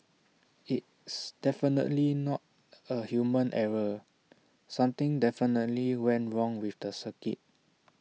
it's definitely not A human error something definitely went wrong with the circuit